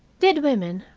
did women,